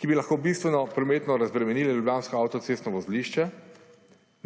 ki bi lahko bistveno prometno razbremenili ljubljansko avtocestno vozišče